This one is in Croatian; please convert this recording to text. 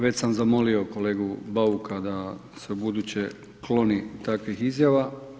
Već sam zamolio kolegu Bauka da se ubuduće kloni takvih izjava.